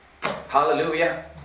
hallelujah